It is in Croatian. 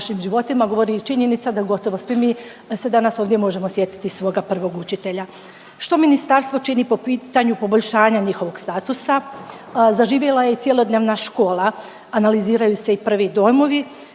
našim životima govori i činjenica da gotovo svi mi se danas ovdje možemo sjetiti svoga prvog učitelja. Što ministarstvo čini po pitanju poboljšanja njihovog statusa? Zaživjela je i cjelodnevna škola, analiziraju se i prvi dojmovi.